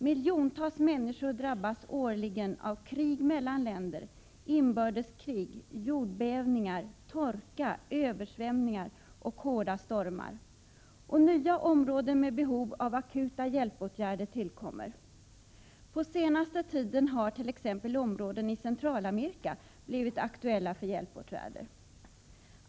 Miljontals människor drabbas årligen av krig mellan länder, inbördeskrig, jordbävningar, torka, översvämningar och hårda stormar, och nya områden med behov av akuta hjälpåtgärder tillkommer. På senaste tiden har t.ex. områden i Centralamerika blivit aktuella för hjälpåtgärder.